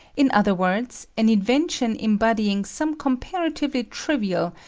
in other words, an invention embodying some comparatively trivial,